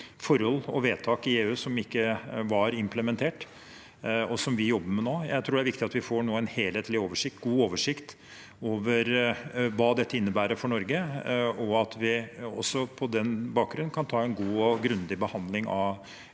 forhold og vedtak i EU som ikke var implementert, og som vi jobber med nå. Jeg tror det er viktig at vi nå får en helhetlig og god oversikt over hva dette innebærer for Norge, og at vi på den bakgrunn kan ta en god og grundig behandling